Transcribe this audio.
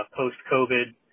post-COVID